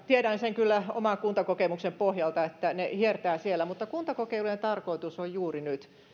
tiedän kyllä oman kuntakokemukseni pohjalta että ne hiertävät siellä mutta kuntakokeilujen tarkoitus on juuri nyt